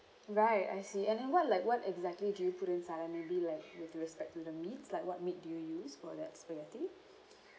right I see and then what like what exactly do you put inside maybe like with respect to the meats like what meat do you use for that spaghetti